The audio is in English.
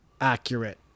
accurate